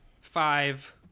five